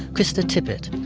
krista tippett.